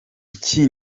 iki